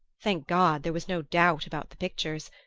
thank god, there, was no doubt about the pictures!